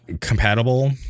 compatible